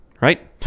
right